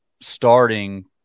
starting